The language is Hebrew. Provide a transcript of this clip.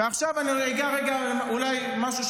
ועכשיו אני אגע רגע אולי במשהו,